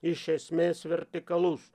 iš esmės vertikalus